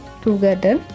together